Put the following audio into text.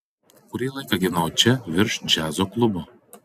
kurį laiką gyvenau čia virš džiazo klubo